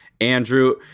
Andrew